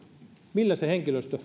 millä henkilöstö